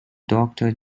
doctor